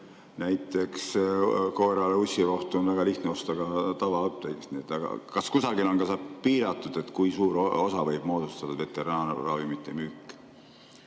näiteks koerale ussirohtu on väga lihtne osta ka tavaapteegist. Aga kas kusagil on ka piiratud, kui suure osa võib moodustada veterinaarravimite müük?